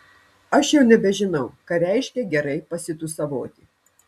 aš jau nebežinau ką reiškia gerai pasitūsavoti